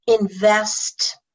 invest